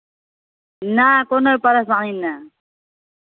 नहि कोनो परेशानी नहि